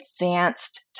advanced